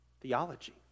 theology